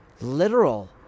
literal